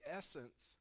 essence